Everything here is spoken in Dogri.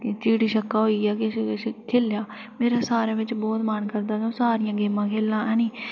चिड़ी छिक्का होई गेआ किश किश खेढेआ मेरा सारें बिच बहुत मन करदा हा सारियां गेमां खेढना ऐ नी